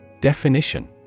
Definition